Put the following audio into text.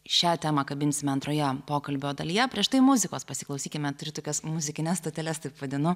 šią temą kabinsime antroje pokalbio dalyje prieš tai muzikos pasiklausykime turiu tokias muzikines detales taip vadinu